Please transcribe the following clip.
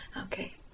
Okay